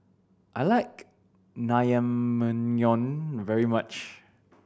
I like Naengmyeon very much